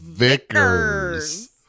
Vickers